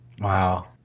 Wow